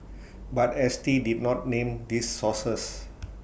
but S T did not name these sources